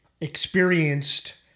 experienced